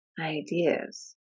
ideas